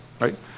Right